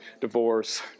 divorce